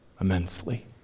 immensely